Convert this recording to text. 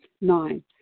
Nine